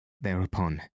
Thereupon